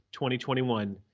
2021